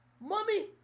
Mommy